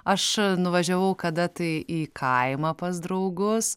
aš nuvažiavau kada tai į kaimą pas draugus